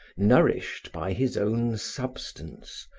nourished by his own substance,